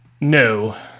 No